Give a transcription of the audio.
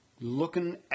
looking